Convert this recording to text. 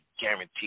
guaranteed